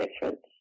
difference